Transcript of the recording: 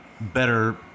better